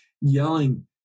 yelling